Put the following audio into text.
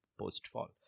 post-fall